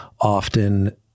often